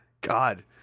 God